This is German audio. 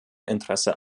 interesse